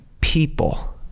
people